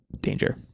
danger